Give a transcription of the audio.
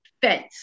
fence